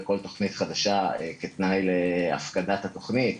כל תוכנית חדשה כתנאי להפקדת התוכנית